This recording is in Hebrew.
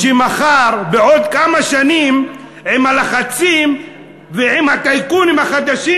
עוד כמה שנים עם הלחצים ועם הטייקונים החדשים